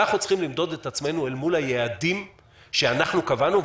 אנחנו צריכים למדוד את עצמנו אל מול היעדים שאנחנו קבענו,